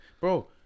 Bro